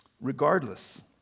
Regardless